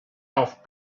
off